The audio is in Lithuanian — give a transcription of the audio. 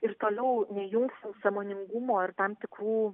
ir toliau nejungsim sąmoningumo ir tam tikrų